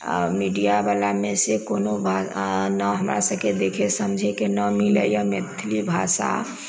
आ मीडियावला मे से कोनो भा न हमरासभके देखय समझयके नहि मिलैए मैथिली भाषा